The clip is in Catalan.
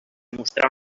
mostrar